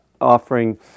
offering